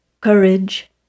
courage